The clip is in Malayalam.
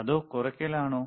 അതോ കുറയ്ക്കലാണോ